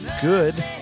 good